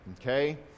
okay